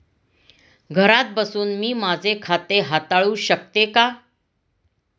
घरात बसून मी माझे खाते हाताळू शकते का?